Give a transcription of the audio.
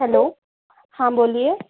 hello हाँ बोलिए